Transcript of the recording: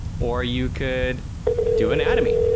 or you could do an atomy,